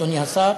אדוני השר,